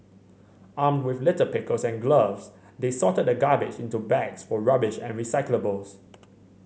Armed with litter pickers and gloves they sorted the garbage into bags for rubbish and recyclables